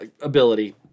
ability